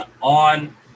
on